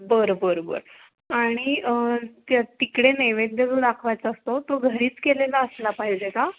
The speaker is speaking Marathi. बरं बरं बरं आणि त्य तिकडे नैवेद्य जो दाखवायचा असतो तो घरीच केलेला असला पाहिजे का